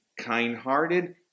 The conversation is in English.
kind-hearted